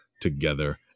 together